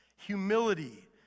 Humility